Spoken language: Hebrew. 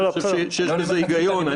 אבל אני חושב שיש בזה היגיון.